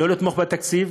לא לתמוך בתקציב,